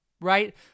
right